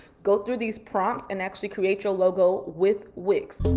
go through these prompts and actually create your logo with wix.